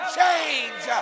change